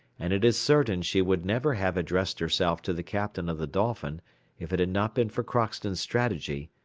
and it is certain she would never have addressed herself to the captain of the dolphin if it had not been for crockston's strategy,